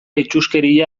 itsuskeria